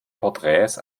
porträts